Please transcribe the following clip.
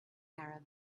arab